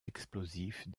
explosifs